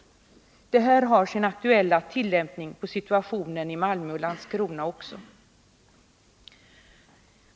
Det här har sin aktuella tillämpning på situationen i Malmö och Landskrona också.